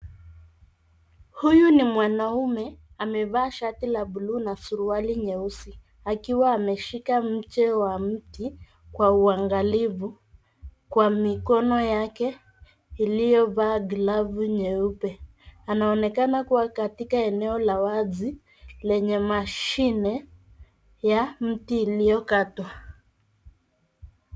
Huyu ni mwanaume amevaa shati la buluu na suruali nyeusi akiwa ameshika mche wa mti kwa uangalifu, kwa mikono yake iliyovaa glovu nyeupe anaonekana kuwa katika eneo la wazi lenye mashini ya mti iliyokatwa.